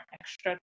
extra